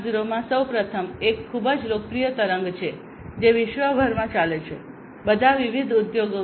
0 માં સૌ પ્રથમ એક ખૂબ જ લોકપ્રિય તરંગ છે જે વિશ્વભરમાં ચાલે છે બધા વિવિધ ઉદ્યોગોમાં